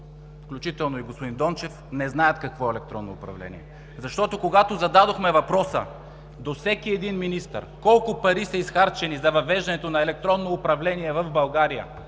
включително и господин Дончев не знаят какво е електронно управление, защото, когато зададохме въпроса до всеки един министър колко пари са изхарчени за въвеждане на електронно управление в България